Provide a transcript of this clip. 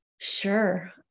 Sure